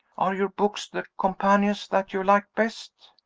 are your books the companions that you like best?